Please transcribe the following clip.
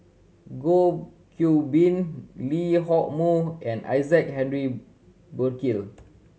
Goh Qiu Bin Lee Hock Moh and Isaac Henry Burkill